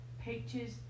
pictures